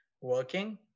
working